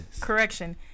correction